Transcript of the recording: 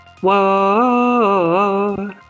whoa